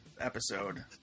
episode